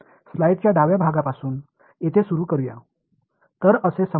எனவே ஸ்லைடின் இடது புறத்திலிருந்து இங்கே தொடங்குவோம்